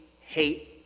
hate